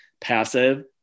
passive